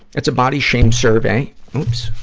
it's a body shame survey oops!